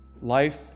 life